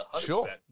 sure